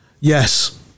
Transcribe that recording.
Yes